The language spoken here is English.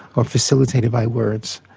or facilitated by words.